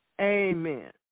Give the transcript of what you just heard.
Amen